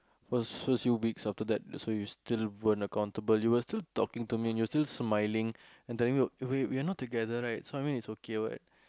first first few weeks after that so you still weren't accountable you were still talking to me and you were still smiling and telling me wait we are not together right so I mean so it's okay what